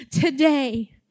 today